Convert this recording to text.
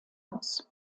aus